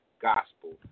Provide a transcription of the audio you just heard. gospel